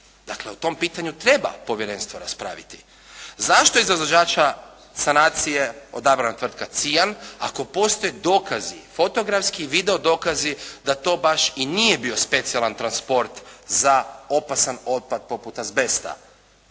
Dakle o tom pitanju treba povjerenstvo raspraviti. Zašto je za izvođača sanacije odabrana tvrtka «Cian» ako postoje dokazi fotografski i video dokazi da to baš i nije bio specijalan transport za opasan otpad poput azbesta.